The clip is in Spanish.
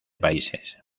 países